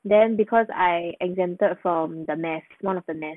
then because I exempted from the math one of the math